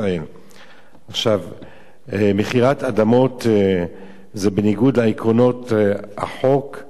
מכירת אדמות היא בניגוד לעקרונות החוק ומהווה פשע